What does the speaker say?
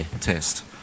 test